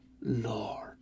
Lord